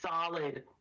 solid